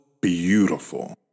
beautiful